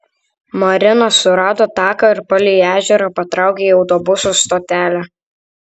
marina surado taką ir palei ežerą patraukė į autobusų stotelę